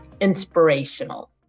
inspirational